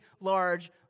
large